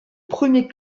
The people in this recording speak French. premier